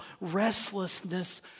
restlessness